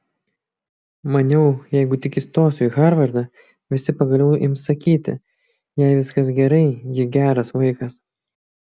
maniau jeigu tik įstosiu į harvardą visi pagaliau ims sakyti jai viskas gerai ji geras vaikas